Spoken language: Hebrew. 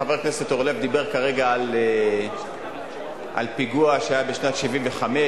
חבר הכנסת אורלב דיבר כרגע על פיגוע שהיה בשנת 1975,